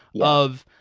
love,